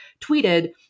tweeted